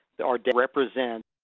our data represents